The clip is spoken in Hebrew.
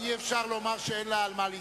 אי-אפשר לומר שאין לה על מה להסתמך.